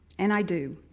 and i do,